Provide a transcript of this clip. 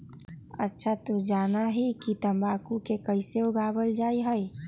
अच्छा तू जाना हीं कि तंबाकू के कैसे उगावल जा हई?